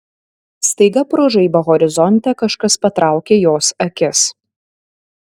staiga pro žaibą horizonte kažkas patraukė jos akis